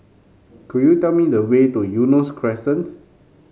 could you tell me the way to Eunos Crescent